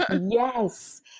Yes